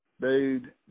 Dude